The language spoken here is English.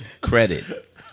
credit